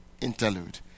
interlude